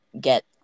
get